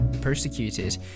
persecuted